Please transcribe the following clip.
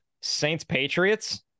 Saints-Patriots